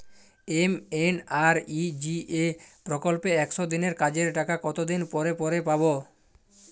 MNREGA প্রকল্পে একশ দিনের কাজের টাকা কতদিন পরে পরে পাব?